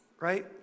Right